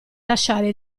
lasciare